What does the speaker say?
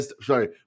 sorry